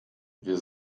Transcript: wir